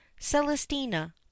Celestina